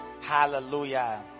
Hallelujah